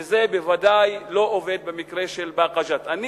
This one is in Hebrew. וזה בוודאי לא עובד במקרה של באקה ג'ת.